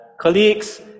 colleagues